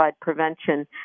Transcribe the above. prevention